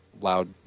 loud